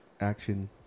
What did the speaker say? action